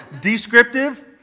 descriptive